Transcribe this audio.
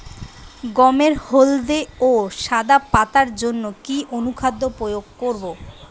গমের হলদে ও সাদা পাতার জন্য কি অনুখাদ্য প্রয়োগ করব?